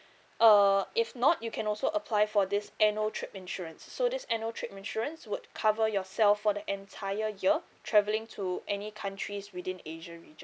uh if not you can also apply for this annual trip insurance so this annual trip insurance would cover yourself for the entire year travelling to any countries within asia region